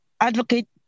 advocate